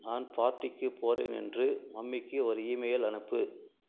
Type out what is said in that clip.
நான் பார்ட்டிக்கு போகிறேன் என்று மம்மிக்கு ஒரு இமெயில் அனுப்பு